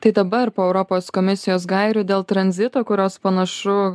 tai dabar po europos komisijos gairių dėl tranzito kurios panašu